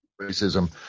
racism